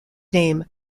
name